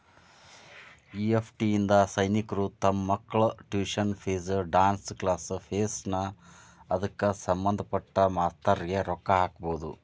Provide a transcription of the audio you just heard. EFT ಇಂದಾ ಸೈನಿಕ್ರು ತಮ್ ಮಕ್ಳ tuition fees, dance class fees ನಾ ಅದ್ಕ ಸಭಂದ್ಪಟ್ಟ ಮಾಸ್ತರ್ರಿಗೆ ರೊಕ್ಕಾ ಹಾಕ್ಬೊದ್